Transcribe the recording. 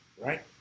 right